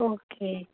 okay